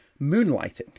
Moonlighting